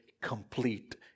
complete